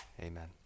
amen